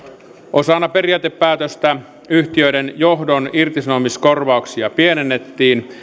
osana periaatepäätöstä yhtiöiden johdon irtisanomiskorvauksia pienennettiin